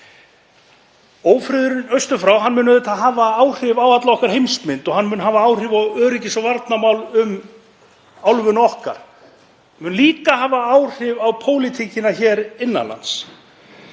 Ófriðurinn austur frá mun hafa áhrif á alla okkar heimsmynd og hann mun hafa áhrif á öryggis- og varnarmál um álfuna okkar. Hann mun líka hafa áhrif á pólitíkina hér innan lands.